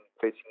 facing